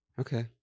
okay